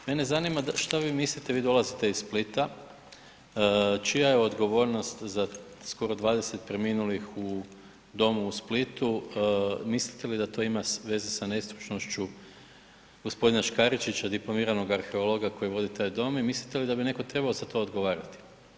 Mene zanima, šta vi mislite, vi dolazite iz Splita, čija je odgovornost za skoro 20 preminulih u domu u Splitu, mislite li da to ima veze sa nesretnošću g. Škaričića, dipl. arheologa koji vodi taj dom i mislite li da bi neko trebao za to odgovarati?